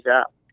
up